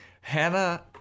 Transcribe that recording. hannah